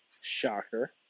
Shocker